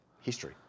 history